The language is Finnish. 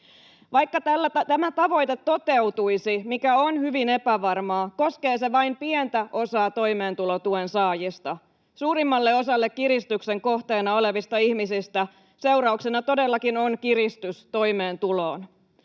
Vaikka tämä tavoite toteutuisi, mikä on hyvin epävarmaa, koskee se vain pientä osaa toimeentulotuen saajista. Suurimmalle osalle kiristyksen kohteena olevista ihmisistä seurauksena todellakin on kiristys toimeentuloon.